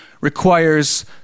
requires